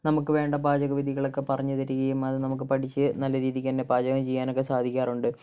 നമുക്ക് വേണ്ട പാചക വിധികളൊക്കെ പറഞ്ഞുതരികയും അത് നമുക്ക് പഠിച്ച് നല്ല രീതിക്കുതന്നെ പാചകം ചെയ്യാനൊക്കെ സാധിക്കാറുണ്ട്